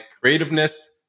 creativeness